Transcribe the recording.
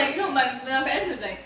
I'm like no my my parents will be like